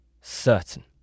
certain